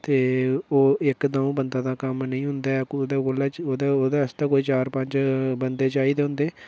ते ओह् इक्क द'ऊं बंदें दा कम्म नेईं होंदा ओह्द आस्तै कोई चार पंज बंदे चाहिदे होंदे